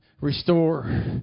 Restore